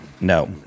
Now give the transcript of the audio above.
No